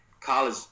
college